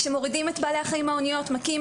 כשמורידים את בעלי החיים מהאוניות מכים,